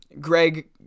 Greg